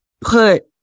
put